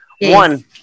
one